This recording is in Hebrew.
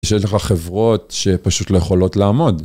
יש לך חברות שפשוט לא יכולות לעמוד.